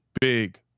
big